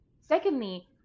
secondly